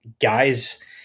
guys